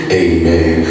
amen